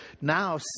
now